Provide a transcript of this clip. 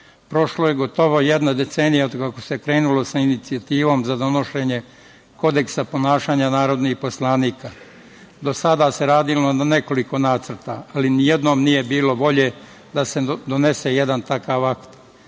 prošlo je gotovo jedna decenija od kako se krenulo sa inicijativom za donošenje Kodeksa ponašanja narodnih poslanika. Do sada se radilo na nekoliko nacrta, ali nijednom nije bilo volje da se donese jedan takav akt.